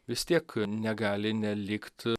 vis tiek negali nelikt